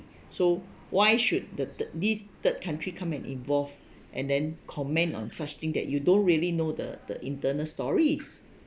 so why should the third this third country come and involve and then comment on such thing that you don't really know the the internal stories